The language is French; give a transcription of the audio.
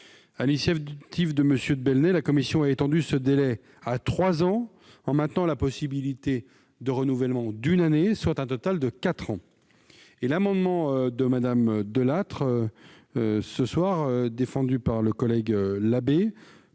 l'initiative de M. de Belenet, la commission a étendu ce délai à trois ans, en maintenant la possibilité de renouvellement pour une durée d'un an, soit un total de quatre ans. L'amendement de Mme Delattre, défendu par M. Labbé,